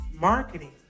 marketing